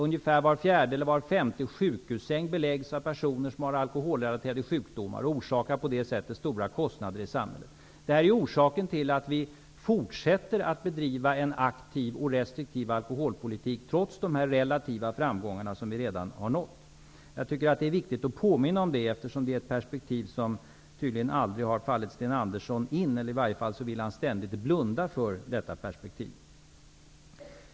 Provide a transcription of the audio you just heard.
Ungefär var fjärde eller var femte sjukhussäng beläggs av personer som har alkoholrelaterade sjukdomar och som på det sättet orsakar stora kostnader i samhället. Det här är orsaken till att vi fortsätter att bedriva en aktiv och restriktiv alkoholpolitik trots de relativa framgångar som vi har nått. Jag tycker att det är viktigt att påminna om det, eftersom det är ett perspektiv som tydligen aldrig har fallit Sten Andersson in -- i varje fall vill han ständigt blunda för detta perspektiv.